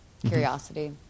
curiosity